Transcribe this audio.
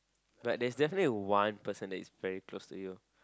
but there is definitely one person that is very close to you